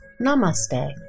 Namaste